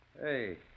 Hey